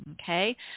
Okay